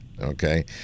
okay